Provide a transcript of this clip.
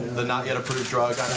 the not-yet approved drugs.